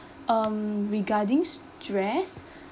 um regarding s~ stress